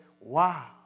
wow